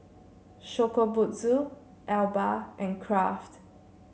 Shokubutsu Alba and Kraft